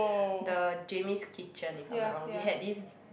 the Jamie's kitchen if I'm not wrong we had this